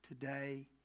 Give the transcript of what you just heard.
today